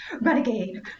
Renegade